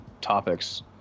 topics